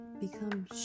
become